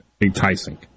enticing